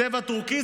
צבע טורקיז,